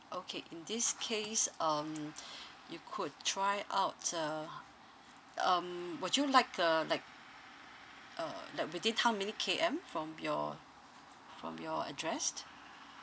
okay in this case um you could try out uh um would you like uh like uh like within how many K_M from your from your address